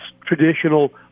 traditional